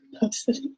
posted